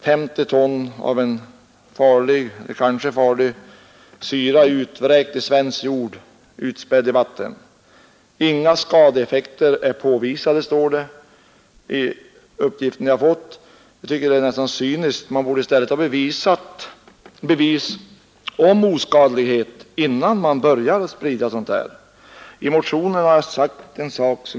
50 ton av en syra, som kanske är farlig, utvräkt i svensk jord och utspädd i vatten! Inga skadeeffekter är påvisade, står det i den uppgift jag har fått. Detta är nästan cyniskt. I stället borde man ha lämnat bevis om oskadlighet innan man började sprida denna vätska.